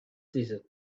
desert